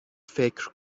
فکر